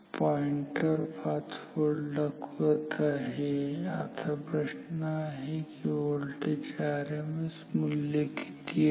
pointer 5 volt दाखवत आहे आता प्रश्न आहे की व्होल्टेजचे आरएमएस मूल्य किती आहे